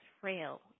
frail